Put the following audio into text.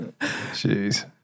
Jeez